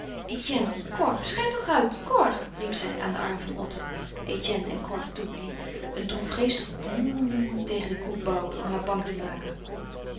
schei toch uit cor riep zij aan den arm van otto etienne en cor toe die een droefgeestig boe tegen de koe bauwden om haar bang te maken